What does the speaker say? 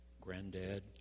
granddad